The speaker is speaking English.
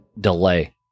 delay